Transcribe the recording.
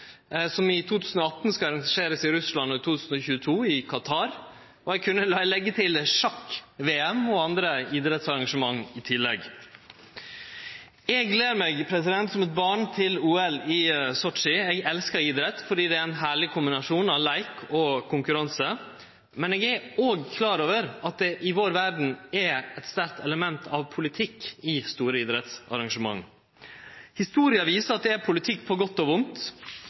i 2022 i Qatar, og eg kunne leggje til sjakk-VM og andre idrettsarrangement. Eg gler meg som eit barn til OL i Sotsji. Eg elskar idrett, fordi det er ein herlig kombinasjon av leik og konkurranse, men eg er òg klar over at det i vår verd er eit sterkt element av politikk i store idrettsarrangement. Historia viser at det er politikk på godt og vondt.